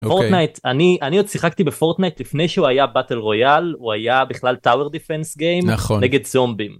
אני אני עוד שיחקתי בפורטנייט לפני שהוא היה באטל רויאל הוא היה בכלל טאוור דיפנס גיים נגד זומבים.